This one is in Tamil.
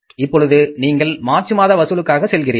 இப்பொழுது நீங்கள் மார்ச் மாத வசூலுக்காக செல்கின்றீர்கள்